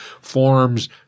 forms